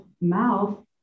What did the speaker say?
mouth